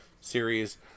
series